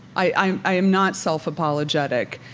i i am not self-apologetic.